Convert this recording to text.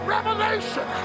Revelation